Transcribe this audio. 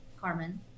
Carmen